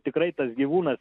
tikrai tas gyvūnas